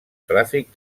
tràfic